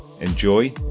Enjoy